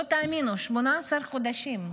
לא תאמינו: 18 חודשים.